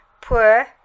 poor